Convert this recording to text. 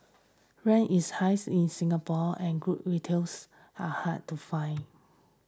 rent is in Singapore and good retails are hard to find